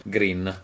Green